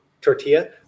tortilla